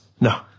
No